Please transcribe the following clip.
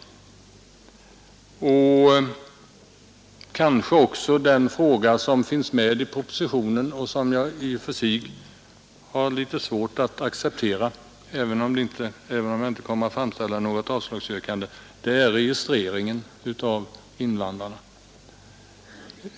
Nr 131 Tisdagen den 5 december 1972 framställa något avslagsyrkande — är registreringen av invandrarna.